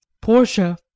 Portia